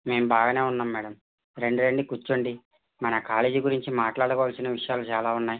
మేము బాగానే ఉన్నాము మేడం రండి రండి కూర్చోండి మన కాలజీ గురించి మాట్లాడుకోవలసిన విషయాలు చాలా ఉన్నాయి